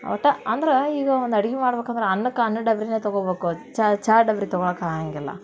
ಒಟ್ಟು ಅಂದ್ರೆ ಈಗ ಒಂದು ಅಡ್ಗೆ ಮಾಡ್ಬೇಕಂದ್ರ ಅನ್ನಕ್ಕೆ ಅನ್ನದ ಡಬ್ರಿಯೇ ತೊಗೊಬೇಕು ಚಹಾ ಚಹಾ ಡಬರಿ ತೊಗೊಳಕ್ಕೆ ಆಗೋಂಗಿಲ್ಲ